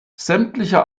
sämtliche